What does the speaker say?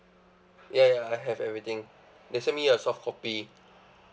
ya ya I have everything they send me a softcopy